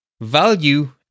Value